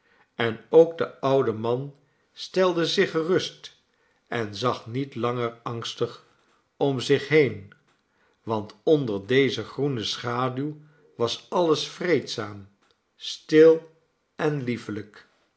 en ook de oude man stelde zich gerust en zag niet langer angstig om zich heen want onder deze groene schaduw was alles vreedzaam stil en liefelijk